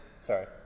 sorry